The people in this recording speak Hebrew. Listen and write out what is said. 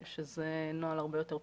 שזה נוהל הרבה יותר פשוט.